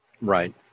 Right